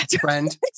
friend